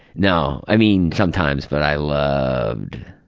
no, i mean sometimes but i loved.